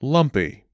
Lumpy